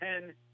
ten